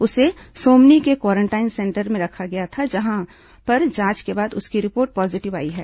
उसे सोमनी के quarantine centre में रखा गया था जहां पर जांच के बाद उसकी रिपोर्ट पॉजीटिव आई है